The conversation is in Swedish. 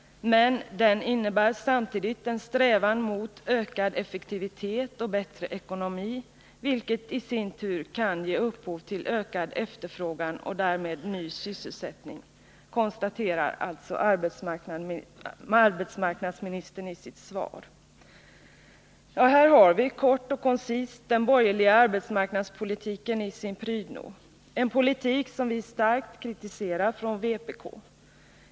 Men den innebär samtidigt en strävan mot ökad effektivitet och bättre ekonomi, vilket i sin tur kan ge upphov till ökad efterfrågan och därmed ny sysselsättning.” Ja, här har vi, kort och koncist, den borgerliga arbetsmarknadspolitiken i sin prydno — en politik som vi från vpk starkt kritiserar.